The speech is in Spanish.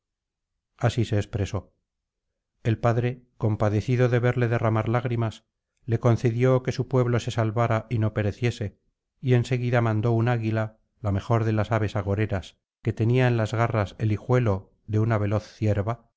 así se expresó el padre compadecido de verle derramar lágrimas le concedió que su pueblo se salvara y no pereciese y en seguida mandó un águila la mejor de las aves agoreras que tenía en las garras el hijuelo de una veloz cien a